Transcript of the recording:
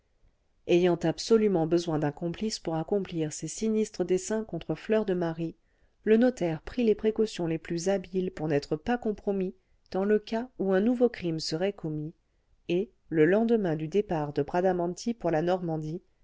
ayant absolument besoin d'un complice pour accomplir ses sinistres desseins contre fleur de marie le notaire prit les précautions les plus habiles pour n'être pas compromis dans le cas où un nouveau crime serait commis et le lendemain du départ de bradamanti pour la normandie